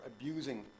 abusing